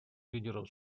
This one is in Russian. лидеров